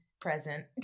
present